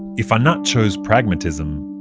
if anat chose pragmatism,